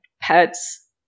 pets